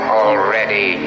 already